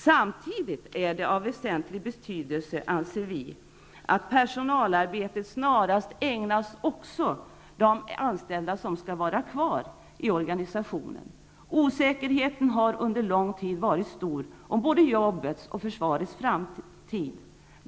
Samtidigt anser vi att det är av väsentlig betydelse att personalarbetet snarast också får gälla de anställda som skall vara kvar i organisationen. Osäkerheten har under lång tid varit stor om både arbetets och försvarets framtid.